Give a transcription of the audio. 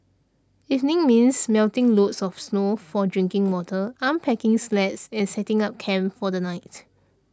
evenings means melting loads of snow for drinking water unpacking sleds and setting up camp for the night